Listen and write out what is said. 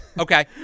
okay